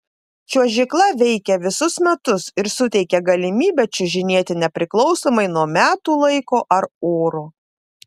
čiuožykla veikia visus metus ir suteikia galimybę čiuožinėti nepriklausomai nuo metų laiko ar oro